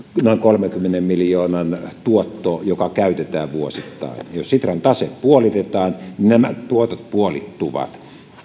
noin kolmenkymmenen miljoonan tuotto joka käytetään vuosittain jos sitran tase puolitetaan nämä tuotot puolittuvat